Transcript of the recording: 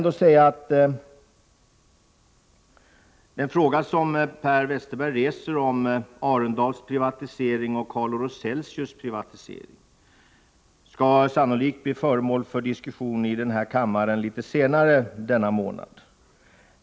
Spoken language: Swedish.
Den fråga som Per Westerberg reser om Arendals och Calor-Celsius privatisering skall sannolikt bli föremål för diskussion i den här kammaren litet senare denna månad.